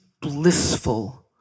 blissful